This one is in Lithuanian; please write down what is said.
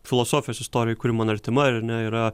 filosofijos istorijoj kuri man artima ar ne yra